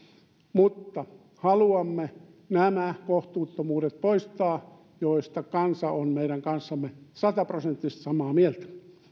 mutta haluamme poistaa nämä kohtuuttomuudet joista kansa on meidän kanssamme sataprosenttisesti samaa mieltä